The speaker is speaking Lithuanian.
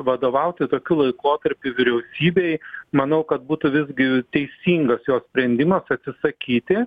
vadovauti tokiu laikotarpiu vyriausybei manau kad būtų visgi teisingas jos sprendimas atsisakyti